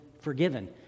forgiven